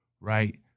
right